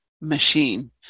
machine